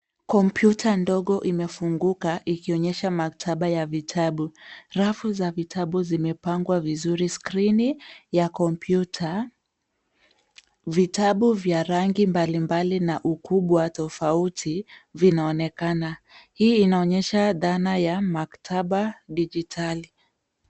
Kompyuta ndogo imefunguka ikionyesha maktaba ya vitabu. Rafu za vitabu zimepangwa vizuri. Skrini ya kompyuta. Vitabu za rangi mbalimbali na ukubwa tofauti vinaonekana. Hii inaonyesha dhana ya maktaba dijitali.